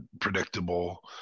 predictable